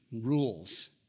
rules